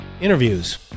interviews